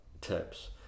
tips